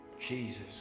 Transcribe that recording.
Jesus